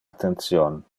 attention